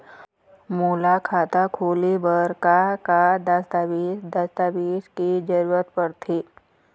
मोला खाता खोले बर का का दस्तावेज दस्तावेज के जरूरत पढ़ते?